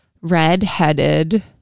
red-headed